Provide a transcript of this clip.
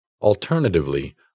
Alternatively